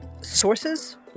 sources